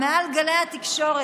מעל גלי התקשורת,